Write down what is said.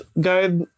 Guide